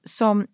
som